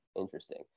Interesting